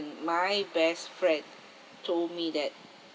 my best friend told me that